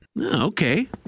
Okay